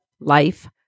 life